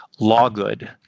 LawGood